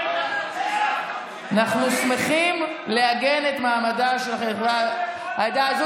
אנחנו שמחים לעגן את מעמדה של העדה הדרוזית,